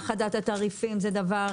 האחדת התעריפים זה דבר